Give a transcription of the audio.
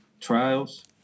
trials